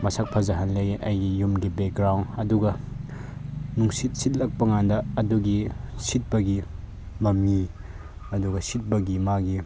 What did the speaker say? ꯃꯁꯛ ꯐꯖꯍꯜꯂꯦ ꯑꯩꯒꯤ ꯌꯨꯝꯒꯤ ꯕꯦꯛꯒ꯭ꯔꯥꯎꯟ ꯑꯗꯨꯒ ꯅꯨꯡꯁꯤꯠ ꯁꯤꯠꯂꯛꯄꯀꯥꯟꯗ ꯑꯗꯨꯒꯤ ꯁꯤꯠꯄꯒꯤ ꯃꯃꯤ ꯑꯗꯨꯒ ꯁꯤꯠꯄꯒꯤ ꯃꯥꯒꯤ